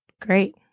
great